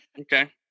Okay